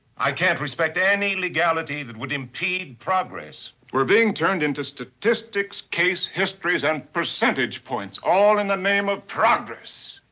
i can't respect any legality that would impede progress. we're being turned into statistics, case histories and percentage points, all in the name of progress!